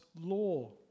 law